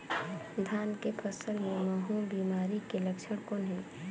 धान के फसल मे महू बिमारी के लक्षण कौन हे?